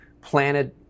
planted